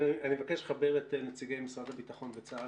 אני מבקש לחבר את נציגי משרד הביטחון וצה"ל,